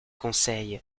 conseil